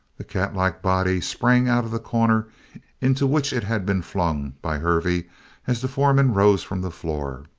the catlike body sprang out of the corner into which it had been flung by hervey as the foreman rose from the floor.